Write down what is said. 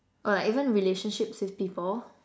oh like even relationships with people